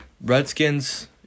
Redskins